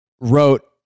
wrote